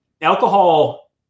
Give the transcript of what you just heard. alcohol